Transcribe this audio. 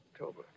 October